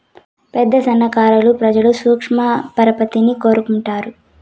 పేద సన్నకారు ప్రజలు సూక్ష్మ పరపతిని కోరుకుంటారు